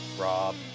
Rob